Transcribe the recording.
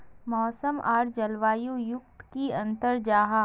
मौसम आर जलवायु युत की अंतर जाहा?